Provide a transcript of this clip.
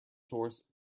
torus